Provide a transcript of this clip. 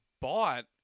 bought